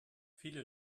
viele